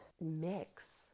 mix